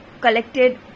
collected